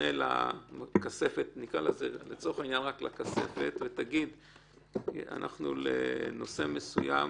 ותפנה לכספת נקרא לזה לצורך העניין "הכספת" ותגיד שלנושא מסוים